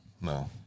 No